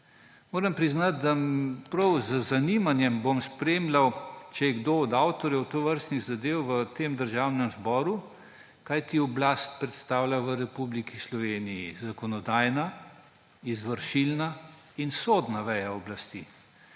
Moram priznati, da bom prav z zanimanjem spremljal, če je kdo od avtorjev tovrstnih zadev v tem Državnem zboru, kajti oblast predstavljajo v Republiki Sloveniji zakonodajna, izvršilna in sodna veja oblasti.